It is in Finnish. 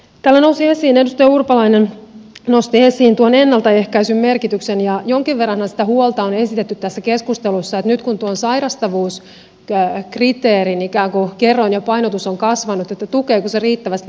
täällä edustaja urpalainen nosti esiin tuon ennaltaehkäisyn merkityksen ja jonkin verranhan sitä huolta on esitetty tässä keskustelussa että nyt kun tuon sairastavuuskriteerin ikään kuin kerroin ja painotus on kasvanut niin tukeeko se riittävästi ennaltaehkäisyä